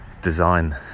Design